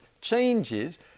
changes